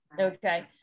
okay